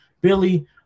Billy